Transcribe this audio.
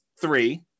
three